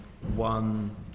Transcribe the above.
one